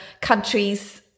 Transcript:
countries